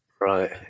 Right